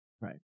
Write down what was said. Right